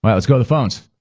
but let's go to the phones.